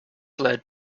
led